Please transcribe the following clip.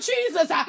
Jesus